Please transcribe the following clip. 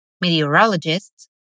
Meteorologists